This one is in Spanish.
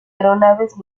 aeronaves